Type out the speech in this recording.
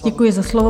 Děkuji za slovo.